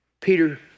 Peter